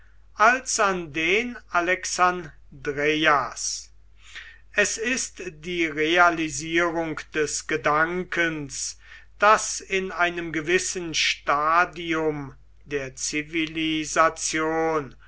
als an den alexandreias es ist die realisierung des gedankens daß in einem gewissen stadium der